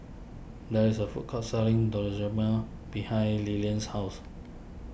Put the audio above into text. there is a food court selling behind Lilian's house